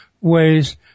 ways